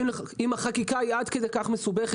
אם החקיקה היא עד כדי כך מסובכת,